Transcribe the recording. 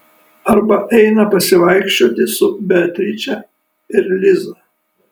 arba eina pasivaikščioti su beatriče ir liza